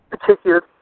particular